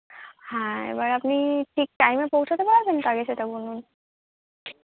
হ্যাঁ এবার আপনি ঠিক টাইমে পৌঁছাতে পারবেন তো আগে সেটা বলুন